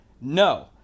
No